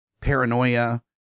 paranoia